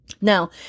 Now